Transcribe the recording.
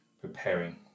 preparing